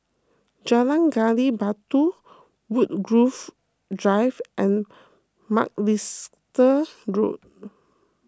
Jalan Gali Batu Woodgrove Drive and Macalister Road